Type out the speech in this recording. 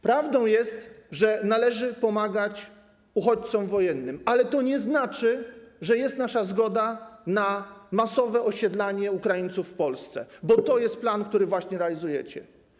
Prawdą jest, że należy pomagać uchodźcom wojennym, ale to nie znaczy, że jest nasza zgoda na masowe osiedlanie Ukraińców w Polsce, bo to jest plan, który właśnie realizujecie.